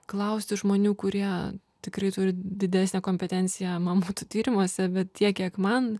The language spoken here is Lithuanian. klausti žmonių kurie tikrai turi didesnę kompetenciją mamutų tyrimuose bet tiek kiek man